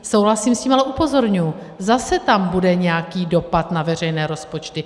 Souhlasím s tím, ale upozorňuji zase tam bude nějaký dopad na veřejné rozpočty.